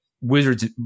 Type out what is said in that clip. Wizards